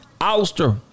Alistair